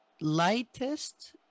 lightest